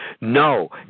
No